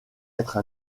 être